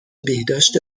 بهداشت